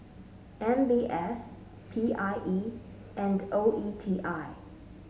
M B S P I E and O E T I